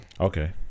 Okay